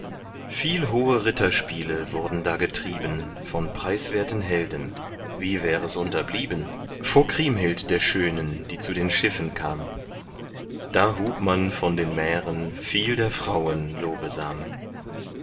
viel hohe ritterspiele wurden da getrieben von preiswerten helden wie wär es unterblieben vor kriemhild der schönen die zu den schiffen kam da hub man von den mähren viel der frauen lobesam